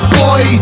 boy